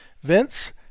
Vince